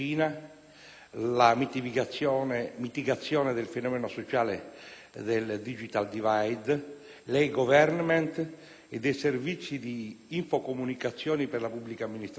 la mitigazione del fenomeno sociale del *digital divide*, l'*e*-*government* ed i servizi di infocomunicazioni per la pubblica amministrazione),